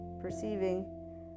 perceiving